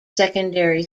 secondary